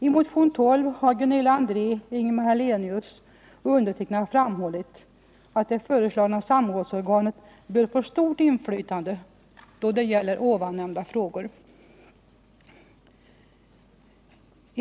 I motion 12 har Gunilla André, Ingemar Hallenius och jag framhållit att det föreslagna samrådsorganet bör få stort inflytande då det gäller de nämnda frågorna.